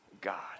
God